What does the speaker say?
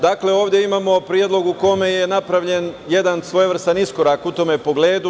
Dakle, ovde imamo predlog u kome je napravljen jedan svojevrstan iskorak u pogledu.